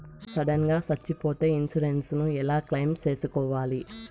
Sudden గా సచ్చిపోతే insurance ఎలా క్లెయిమ్ సేసుకోవాలి?